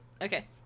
Okay